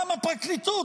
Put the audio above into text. גם הפרקליטות,